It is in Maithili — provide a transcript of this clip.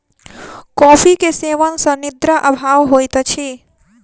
कॉफ़ी के सेवन सॅ निद्रा अभाव होइत अछि